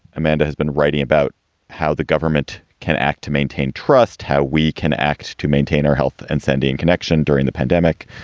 amanda has been writing about how the government can act to maintain trust, how we can act to maintain our health and sending connection during the pandemic.